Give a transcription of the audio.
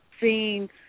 seeing